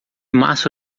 março